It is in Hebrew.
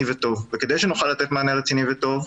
וטוב וכדי שנוכל לתת מענה רציני וטוב,